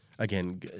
Again